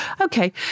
okay